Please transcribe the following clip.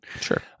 Sure